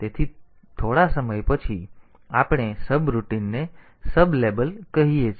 તેથી થોડા સમય પછી આપણે સબરૂટીન ને સબલેબલ કહીએ છીએ